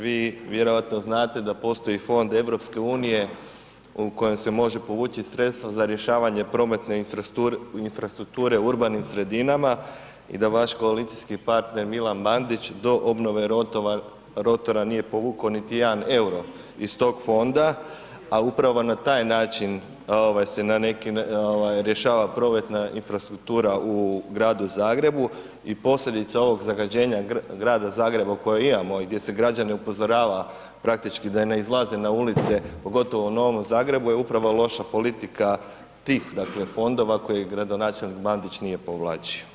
Vi vjerojatno znate da postoji fond EU u kojem se može povući sredstva za rješavanje prometne infrastrukture u urbanim sredinama i da vaš koalicijski partner Milan Bandić do obnove rotora nije povukao jedan euro iz tog fonda, a upravo na taj način se na neki, rješava prometna infrastruktura u gradu Zagrebu i posljedica ovog zagađenja grada Zagreba u kojoj imamo, gdje se građane upozorava praktički da ne izlaze na ulice, pogotovo u Novom Zagrebu je upravo loša politika dakle, tih fondova koje gradonačelnik Bandić nije povlačio.